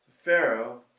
Pharaoh